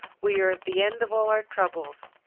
we are at the end of all our troubles,